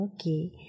Okay